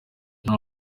nta